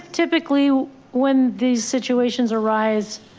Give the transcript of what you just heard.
typically when these situations arise,